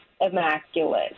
immaculate